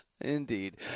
Indeed